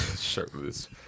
shirtless